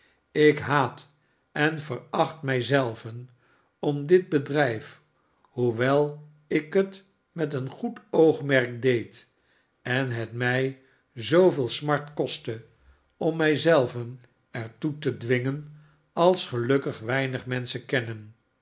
ik haat en veracht mij zelven om dit bedrijf hoewel ik het met een goed oogmerk deed en het mij zooveel smart kostte om mij zelven er toe te dwingen als gelukkig weinig menschen kennen